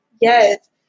Yes